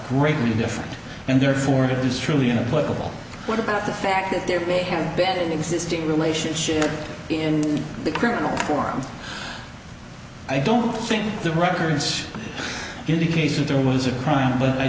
greatly different and therefore it is truly a political what about the fact that there may have been existing relationships in the criminal forms i don't think the records indicates that there was a crime but i